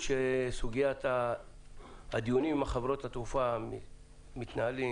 שסוגית הדיונים עם חברות התעופה מתנהלים